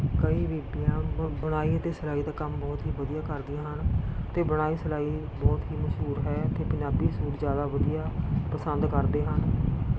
ਕਈ ਬੀਬੀਆਂ ਬੁ ਬੁਣਾਈ ਅਤੇ ਸਿਲਾਈ ਦਾ ਕੰਮ ਬਹੁਤ ਹੀ ਵਧੀਆ ਕਰਦੀਆਂ ਹਨ ਅਤੇ ਬੁਣਾਈ ਸਿਲਾਈ ਬਹੁਤ ਹੀ ਮਸ਼ਹੂਰ ਹੈ ਇੱਥੇ ਪੰਜਾਬੀ ਸੂਟ ਜ਼ਿਆਦਾ ਵਧੀਆ ਪਸੰਦ ਕਰਦੇ ਹਨ